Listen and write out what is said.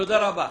תודה רבה,